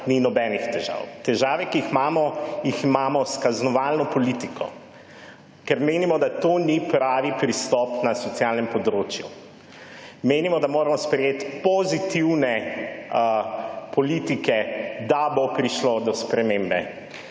ni nobenih težav. Težave, ki jih imamo, jih imamo s kaznovalno politiko. Ker menimo, da to ni pravi pristop na socialnem področju. Menimo, da moramo sprejeti pozitivne politike, da bo prišlo do spremembe.